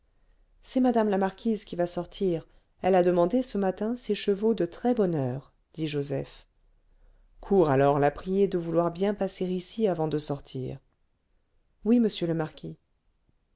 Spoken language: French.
c'est mme la marquise qui va sortir elle a demandé ce matin ses chevaux de très-bonne heure dit joseph cours alors la prier de vouloir bien passer ici avant de sortir oui monsieur le marquis